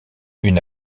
une